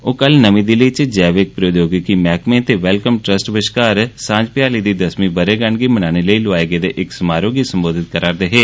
ओह् कल नमीं दिल्ली च जैविक प्रौद्योगिकी मैह्कमें ते बेलकम ट्रस्ट बश्कार सांझ भ्याली दी दसमीं बरेगंड गी मनाने लेई लौआए गेदे समारोह गी संबोधित करा'रदे हे